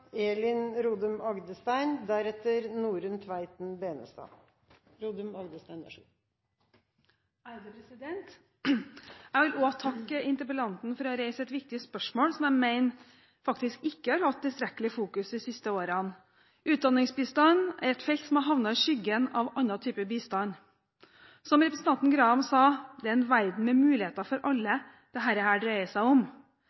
Jeg vil også takke interpellanten for å reise et viktig spørsmål som jeg mener ikke har hatt tilstrekkelig fokus de siste årene. Utdanningsbistand er et felt som har havnet i skyggen av annen type bistand. Som representanten Graham sa, det er en verden med muligheter for alle dette dreier seg om.